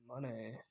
money